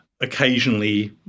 occasionally